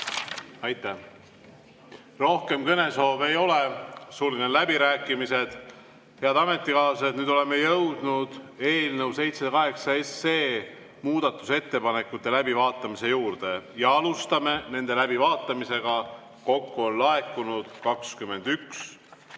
Aitäh! Rohkem kõnesoove ei ole, sulgen läbirääkimised. Head ametikaaslased, oleme jõudnud eelnõu 708 muudatusettepanekute läbivaatamise juurde ja alustame nende läbivaatamist. Kokku on laekunud 21